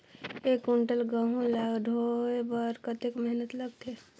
एक कुंटल गहूं ला ढोए बर कतेक मेहनत लगथे?